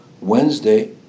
Wednesday